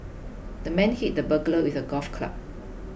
the man hit the burglar with a golf club